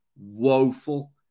woeful